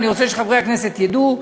אני רוצה שחברי הכנסת ידעו.